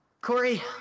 Corey